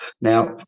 Now